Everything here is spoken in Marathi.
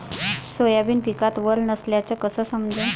सोयाबीन पिकात वल नसल्याचं कस समजन?